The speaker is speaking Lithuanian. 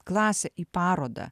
klasę į parodą